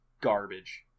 garbage